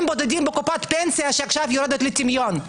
בודדים בקופת פנסיה שעכשיו יורדת לטמיון.